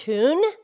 Tune